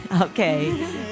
Okay